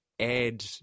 add